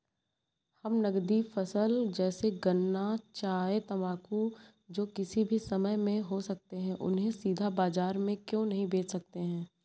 हम नगदी फसल जैसे गन्ना चाय तंबाकू जो किसी भी समय में हो सकते हैं उन्हें सीधा बाजार में क्यो नहीं बेच सकते हैं?